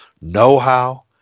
know-how